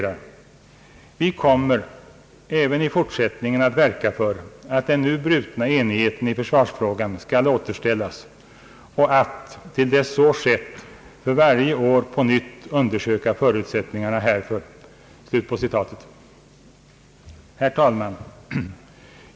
a: »Vi kommer även i fortsättningen att verka för att den nu brutna enigheten i försvarsfrågan skall återställas och att, till dess så skett, för varje år på nytt undersöka förutsättningarna härför.» Herr talman!